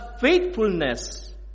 faithfulness